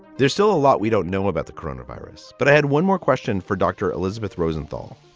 there's still a lot we don't know about the coronavirus, but i had one more question for dr. elisabeth rosenthal